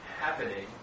happening